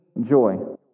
joy